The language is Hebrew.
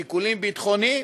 שיקולים ביטחוניים,